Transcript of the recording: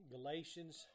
Galatians